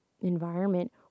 environment